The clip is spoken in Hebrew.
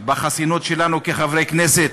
בחסינות שלנו כחברי כנסת.